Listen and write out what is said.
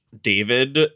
David